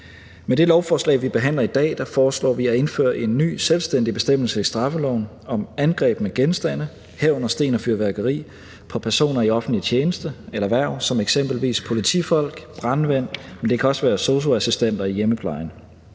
Med det lovforslag, vi behandler i dag, foreslår vi at indføre en ny selvstændig bestemmelse i straffeloven om angreb med genstande, herunder sten og fyrværkeri, på personer i offentlig tjeneste eller hverv som eksempelvis politifolk og brandmænd, men det kan også være sosu-assistenter i hjemmeplejen.